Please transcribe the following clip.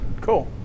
Cool